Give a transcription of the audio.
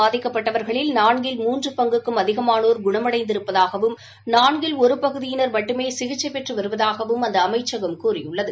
பாதிக்கப்பட்டவர்களில் நான்கில் மூன்று பங்குக்கும் அதிகமானோர் மொத்தம் குணமடைந்திருப்பதாகவும் நான்கில் ஒரு பகுதியினா் மட்டுமே சிகிச்சை பெற்று வருவதாகவும் அந்த அமைச்சகம் கூறியுள்ளது